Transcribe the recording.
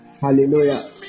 Hallelujah